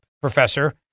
professor